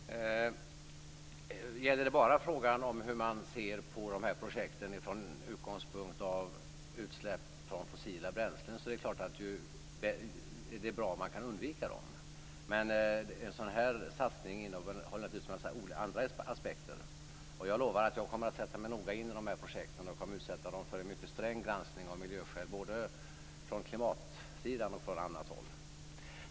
Fru talman! Om det bara gäller frågan om hur man ser på dessa projekt med utgångspunkt i utsläpp från fossila bränslen, är det klart att det är bra om man kan undvika dem. Men en sådan satsning innehåller naturligtvis en mängd andra aspekter. Jag lovar att jag kommer att sätta mig noga in i dessa projekt och utsätta dem för en mycket sträng granskning av miljöskäl, både från klimatsidan och från annat håll.